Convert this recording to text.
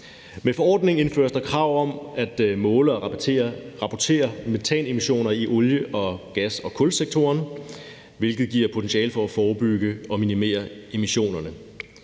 Med forordningen indføres der krav om at måle og rapportere metanemissioner i olie-, gas- og kulsektoren, hvilket giver potentiale til at forebygge og minimere emissionerne.